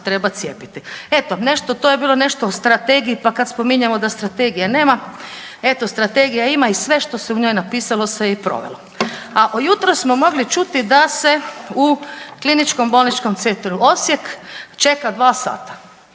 treba cijepiti. Eto to je bilo nešto o strategiji, pa kad spominjemo da strategije nema, eto strategije ima i sve što se je u njoj napisalo se je i provelo. A u jutro smo mogli čuti da se u Kliničkom bolničkom centru Osijek čeka dva sata.